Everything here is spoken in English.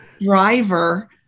driver